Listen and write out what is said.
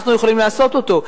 שאנחנו יכולים לעשות אותו.